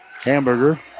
Hamburger